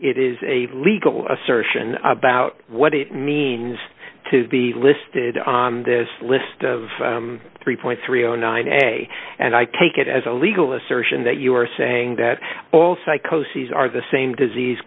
it is a legal assertion about what it means to be listed on this list of three point three zero nine a and i take it as a legal assertion that you are saying that all psychosis are the same disease